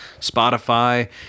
Spotify